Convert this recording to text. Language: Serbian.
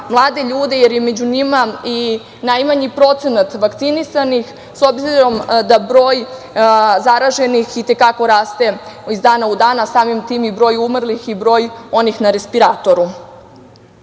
mlade ljude, jer je i među njima i najmanji procenat vakcinisanih, s obzirom da broj zaraženih i te kako raste iz dana u dan, a samim tim i broj umrlih i broj onih na respiratoru. Srbija